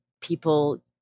people